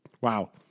Wow